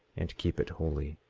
and keep it holy,